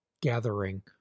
gathering